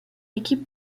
équipe